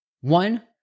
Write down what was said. One